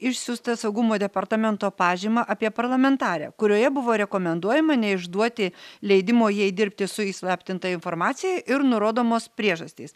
išsiųsta saugumo departamento pažyma apie parlamentarę kurioje buvo rekomenduojama neišduoti leidimo jai dirbti su įslaptinta informacija ir nurodomos priežastys